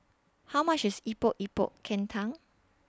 How much IS Epok Epok Kentang